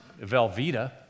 Velveeta